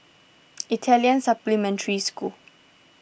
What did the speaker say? Italian Supplementary School